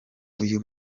uyu